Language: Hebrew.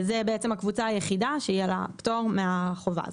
זאת הקבוצה היחידה שיהיה לה פטור מהחובה הזאת.